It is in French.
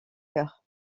chœurs